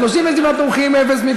37 תומכים, אין נמנעים, אין